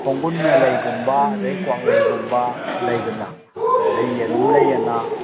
ꯈꯣꯡꯒꯨꯟ ꯃꯦꯂꯩꯒꯨꯝꯕ ꯑꯗꯒꯤ ꯀ꯭ꯋꯥꯛꯂꯩꯒꯨꯝꯕ ꯂꯩꯗꯅ ꯑꯗꯒꯤ ꯌꯦꯔꯨꯝ ꯂꯩꯑꯅ